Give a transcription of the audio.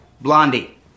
Blondie